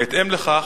בהתאם לכך,